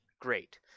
great